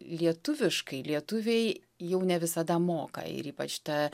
lietuviškai lietuviai jau ne visada moka ir ypač ta